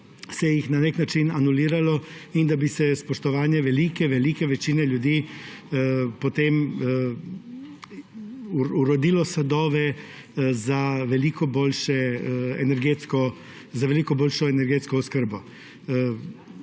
bi se jih na nek način anuliralo in da bi se spoštovanje velike velike večine ljudi potem rodilo sadove za veliko boljšo energetsko oskrbo. Zato smo